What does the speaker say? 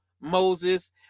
moses